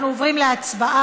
אנחנו עוברים להצבעה.